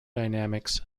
dynamics